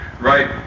right